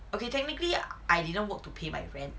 okay technically I didn't work to pay my rent